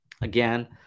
again